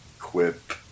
quip